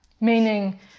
meaning